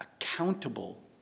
accountable